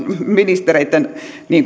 ministereitten johdolla niin